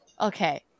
okay